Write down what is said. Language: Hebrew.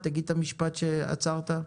תגיד את המשפט בו עצרת.